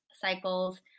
cycles